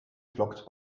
flockt